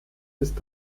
ist